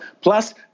Plus